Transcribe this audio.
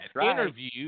interview